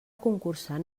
concursant